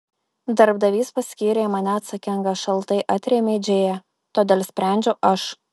darbdavys paskyrė mane atsakinga šaltai atrėmė džėja todėl sprendžiu aš